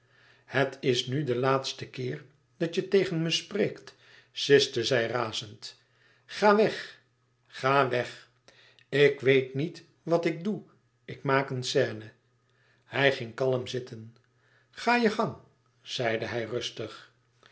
het is nu de laatste keer dat je tegen me spreekt siste zij razend ga weg ga weg ik weet niet wat ik doe ik maak een scène hij ging kalm zitten ga je gang zeide hij rustig